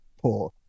poor